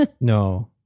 No